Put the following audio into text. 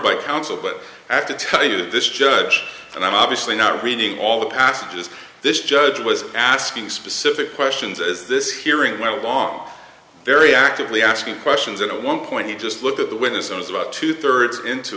by counsel but i have to tell you that this judge and i'm obviously not reading all the passages this judge was asking specific questions as this hearing went on very actively asking questions and at one point he just looked at the witness it was about two thirds into